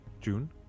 June